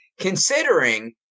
Considering